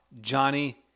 Johnny